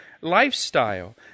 lifestyle